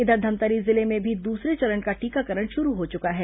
इधर धमतरी जिले में भी दूसरे चरण का टीकाकरण शुरू हो चुका है